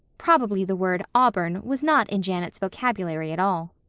probably the word auburn was not in janet's vocabulary at all.